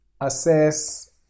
assess